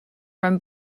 from